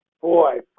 boy